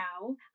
now